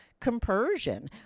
compersion